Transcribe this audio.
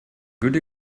good